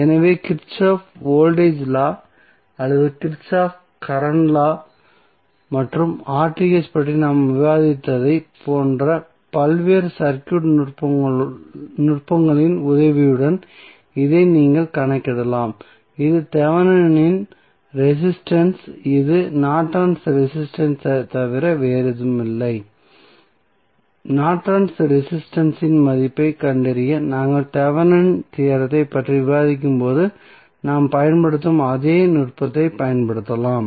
எனவே Kirchhoff voltage law அல்லது Kirchhoff current law மற்றும் பற்றி நாங்கள் விவாதித்ததைப் போன்ற பல்வேறு சர்க்யூட் நுட்பங்களின் உதவியுடன் இதை நீங்கள் கணக்கிடலாம் இது தெவெனின் ரெசிஸ்டன்ஸ் இது நார்டன்ஸ் ரெசிஸ்டன்ஸ் ஐத் தவிர வேறொன்றுமில்லை நார்டன்ஸ் ரெசிஸ்டன்ஸ் இன் மதிப்பைக் கண்டறிய நாங்கள் தெவெனின் தியோரத்தைப் பற்றி விவாதிக்கும்போது நாம் பயன்படுத்தும் அதே நுட்பத்தைப் பயன்படுத்தலாம்